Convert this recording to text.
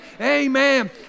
amen